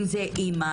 אם זו אימא,